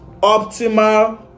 optimal